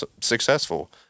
successful